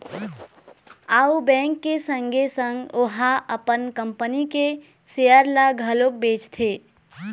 अउ बेंक के संगे संग ओहा अपन कंपनी के सेयर ल घलोक बेचथे